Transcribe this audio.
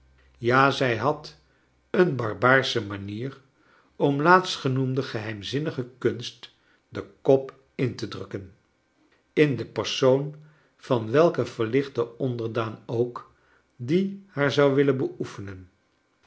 ja zij had een barbaarsche manier om laatstgenoemde geheimzinnige kunst den kop in te drukken in de persoon van welken verlichten onderdaan ook die haar zou willen beoefenen